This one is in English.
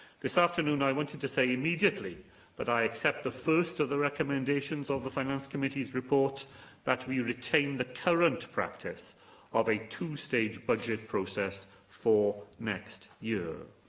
this afternoon, i wanted to say immediately that i accept the first of the recommendations of the finance committee's report that we retain the current practice of a two-stage budget process for next year.